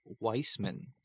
Weissman